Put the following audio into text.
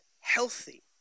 healthy